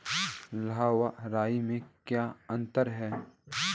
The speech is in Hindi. लाह व राई में क्या अंतर है?